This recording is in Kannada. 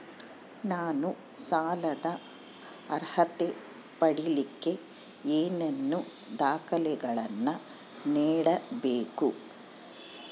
ನಾನು ಸಾಲದ ಅರ್ಹತೆ ಪಡಿಲಿಕ್ಕೆ ಏನೇನು ದಾಖಲೆಗಳನ್ನ ನೇಡಬೇಕು?